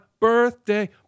birthday